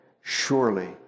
surely